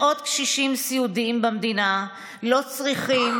מאות קשישים סיעודיים במדינה לא צריכים